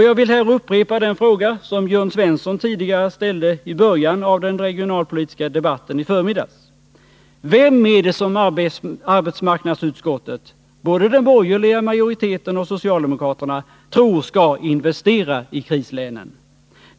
Jag vill här upprepa den fråga som Jörn Svensson ställde i början av den regionalpolitiska debatten i förmiddags: Vem är det som arbetsmarknadsutskottet — både den borgerliga majoriteten och socialdemokraterna — tror skall investera i krislänen?